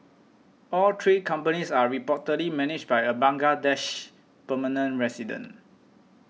all three companies are reportedly managed by a Bangladeshi permanent resident